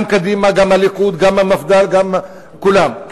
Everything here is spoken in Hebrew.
גם קדימה, גם הליכוד, גם המפד"ל, כולם.